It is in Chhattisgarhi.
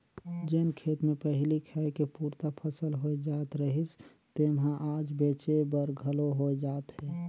जेन खेत मे पहिली खाए के पुरता फसल होए जात रहिस तेम्हा आज बेंचे बर घलो होए जात हे